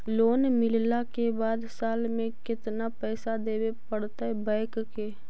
Loan मिलला के बाद साल में केतना पैसा देबे पड़तै बैक के?